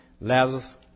Lazarus